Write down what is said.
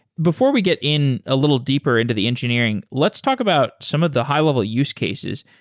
before we get in a little deeper into the engineering, let's talk about some of the high-level use cases.